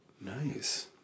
Nice